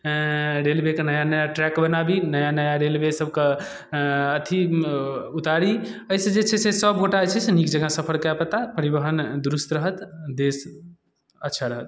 रेलवेके नया नया ट्रैक बनाबी नया नया रेलवे सबके अथी उतारी एहिसँ जे छै से सबगोटा जे छै से नीकजकाँ सफर कऽ पेताह परिवहन दुरुस्त रहत देश अच्छा रहत